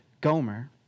Gomer